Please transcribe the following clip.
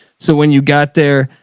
so when you got there,